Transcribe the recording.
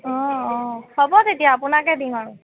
অঁ অঁ হ'ব তেতিয়া আপোনাকে দিম আৰু